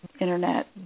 Internet